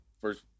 first